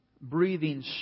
breathing